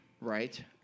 Right